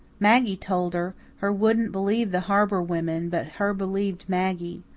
maggie told her her wouldn't believe the harbour women, but her believed maggie.